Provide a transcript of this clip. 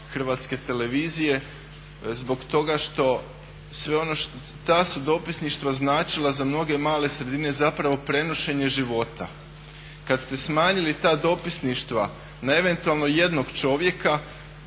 Hrvatske televizije zbog toga što su ta dopisništva značila za mnoge male sredine, zapravo prenošenje života. Kad ste smanjili ta dopisništva na eventualno jednog čovjeka